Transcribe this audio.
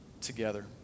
together